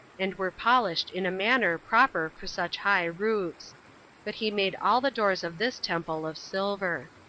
and were polished in a manner proper for such high roofs but he made all the doors of this temple of silver.